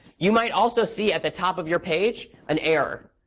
you might also see, at the top of your page, an error.